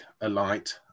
alight